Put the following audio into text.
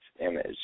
image